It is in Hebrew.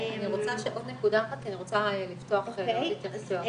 עוד נקודה אחת כי אני רוצה לפתוח לעוד התייחסויות.